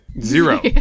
Zero